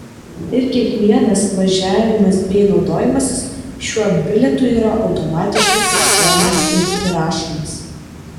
ir kiekvienas važiavimas bei naudojimasis šiuo bilietu yra automatiškai fiksuojamas ir įrašomas